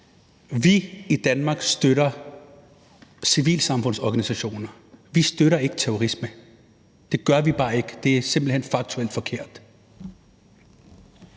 vi i Danmark støtter civilsamfundsorganisationer. Vi støtter ikke terrorisme. Det gør vi bare ikke. Det er simpelt hen faktuelt forkert.